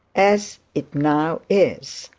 as it now is